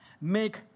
make